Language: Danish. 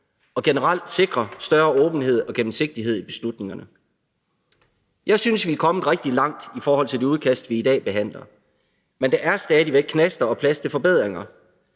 og generelt at sikre større åbenhed og gennemsigtighed i beslutningerne. Jeg synes, vi er kommet rigtig langt i forhold til det udkast, vi i dag behandler, men der er stadig væk knaster og plads til forbedringer.